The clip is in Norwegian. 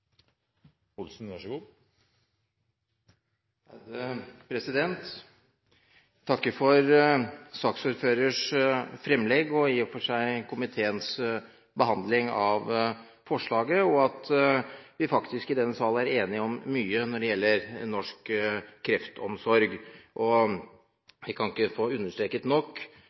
takker for saksordførerens fremlegg og i og for seg for komiteens behandling av forslaget, og at vi faktisk i denne salen er enig om mye når det gjelder norsk kreftomsorg. Vi kan ikke få understreket nok